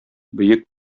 бөек